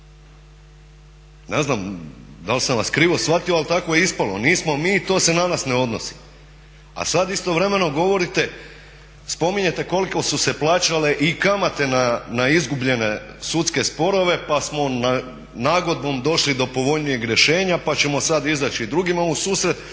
Ne znam da li sam vas krivo shvatio, ali tako je ispalo. Nismo mi, to se na nas ne odnosi. A sad istovremeno govorite, spominjete koliko su se plaćale i kamate na izgubljene sudske sporove, pa smo nagodbom došli do povoljnijeg rješenja pa ćemo sad izaći drugima u susret.